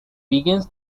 begins